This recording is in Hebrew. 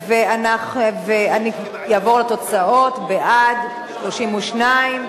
ואני אעבור לתוצאות: בעד, 32,